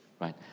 right